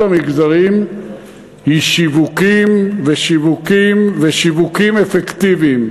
המגזרים היא שיווקים ושיווקים ושיווקים אפקטיביים.